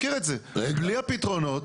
שמעתי ממנו התנגדות.